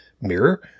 mirror